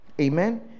Amen